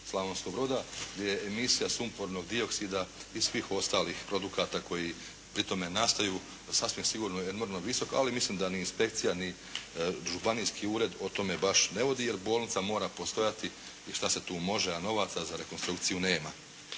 Slavonskog Broda, gdje je emisija sumpornog dioksida i svih ostalih produkata koji pritome nastaju je sasvim enormno visok, ali mislim da ni inspekcija ni županijski ured o tome baš ne vodi jer bolnica mora postojati i šta se tu može, a novaca za rekonstrukciju nema.